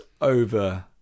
over